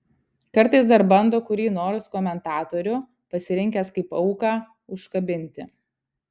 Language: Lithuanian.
kartais dar bando kurį nors komentatorių pasirinkęs kaip auką užkabinti